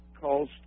calls